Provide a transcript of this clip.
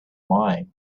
mind